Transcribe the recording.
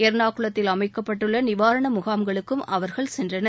எர்ணாகுளத்தில் அமைக்கப்பட்டுள்ள நிவாரண முகாம்களுக்கும் அவர்கள் சென்றனர்